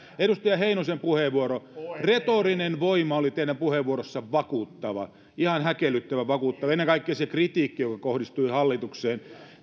edustaja heinosen puheenvuoro retorinen voima oli teidän puheenvuorossanne vakuuttava ihan häkellyttävän vakuuttava ennen kaikkea se kritiikki joka kohdistui hallitukseen